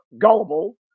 gullible